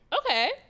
Okay